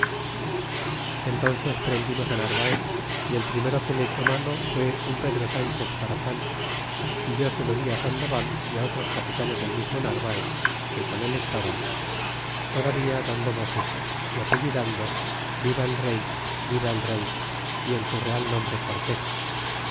entónces prendimos narvaez y el primero que le echó mano fue un pedro sanchez farfan é yo se lo di al sandoval y otros capitanes del mismo narvaez que con el estaban todavía dando voces y apellidando viva el rey viva el rey y en su real nombre cortés